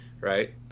right